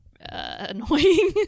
annoying